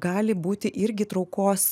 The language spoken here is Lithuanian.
gali būti irgi traukos